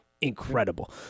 Incredible